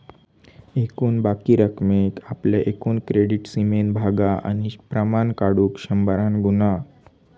एकूण बाकी रकमेक आपल्या एकूण क्रेडीट सीमेन भागा आणि प्रमाण काढुक शंभरान गुणा